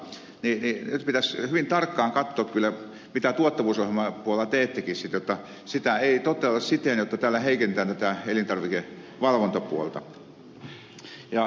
nyt pitäisi hyvin tarkkaan katsoa kyllä mitä tuottavuusohjelman puolella teettekin jotta sitä ei toteuteta siten jotta täällä heikennetään tätä elintarvikevalvontapuolta